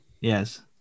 Yes